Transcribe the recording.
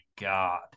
God